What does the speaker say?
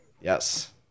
Yes